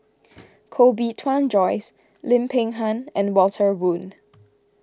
Koh Bee Tuan Joyce Lim Peng Han and Walter Woon